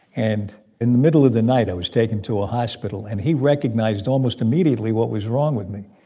and in the middle of the night, i was taken to a hospital. and he recognized almost immediately what was wrong with me.